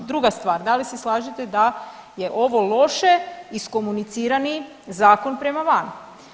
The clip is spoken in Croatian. Druga stvar, da li se slažete da je ovo loše iskomunicirani zakon prema van?